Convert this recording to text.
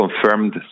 confirmed